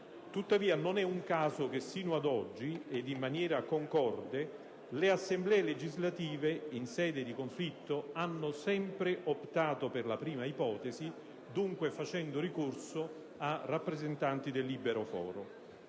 Tuttavia, non è un caso che sino ad oggi, ed in maniera concorde, le Assemblee legislative in sede di conflitto abbiano sempre optato per la prima ipotesi, dunque facendo ricorso a rappresentanti del libero foro,